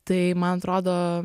tai man atrodo